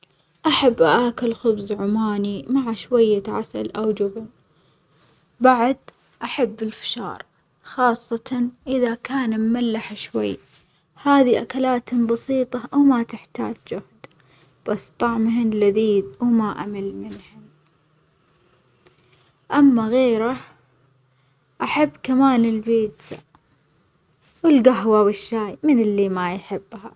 أحب آكل خبز عماني مع شوية عسل أو جبن، بعد أحب الفشاؤ خاصةً إذا كان مملح شوي، هذي أكلات بسيطة وما تحتاج جهد بس طعمهم لذيذ وما أمل منهم، أما غيره أحب كمان البيتزا والجهوة والشاي مين اللي ما يحبها؟